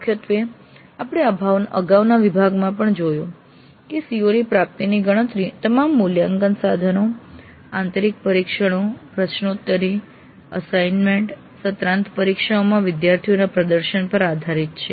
મુખ્યત્વે આપણે અગાઉના વિભાગમાં પણ જોયું છે કે CO ની પ્રાપ્તિની ગણતરી તમામ મૂલ્યાંકન સાધનો આંતરિક પરીક્ષણો પ્રશ્નોત્તરી અસાઈન્મેન્ટ સત્રાંત પરીક્ષાઓમાં વિદ્યાર્થીઓના પ્રદર્શન પર આધારિત છે